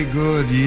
good